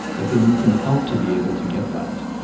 that they need some help to be able to get that.